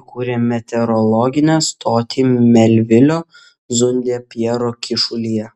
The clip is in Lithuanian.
įkūrė meteorologinę stotį melvilio zunde pjero kyšulyje